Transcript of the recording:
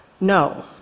No